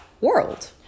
world